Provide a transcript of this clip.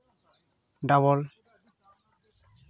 double